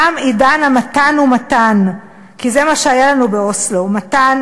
תם עידן המתן-ומתן, כי זה מה שהיה לנו באוסלו: מתן